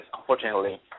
unfortunately